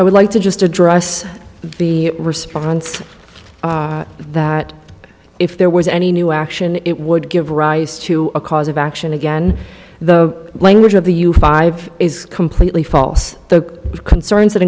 i would like to just address the response that if there was any new action it would give rise to a cause of action again the language of the you five is completely false the concerns that